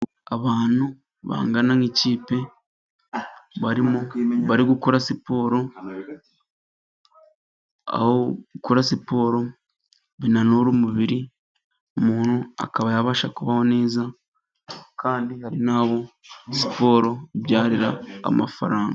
Abantu bangana n'ikipe barimo bari gukora siporo, aho gukora siporo binanura umubiri, umuntu akaba yabasha kubaho neza, Kandi hari n'abo siporo ibyarira amafaranga.